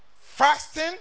fasting